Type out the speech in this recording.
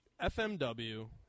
FMW